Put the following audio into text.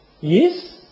yes